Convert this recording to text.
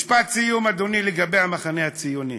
משפט סיום, אדוני, לגבי המחנה הציוני.